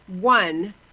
one